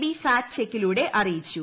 B fact ചെക്കിലൂടെ അറിയിച്ചു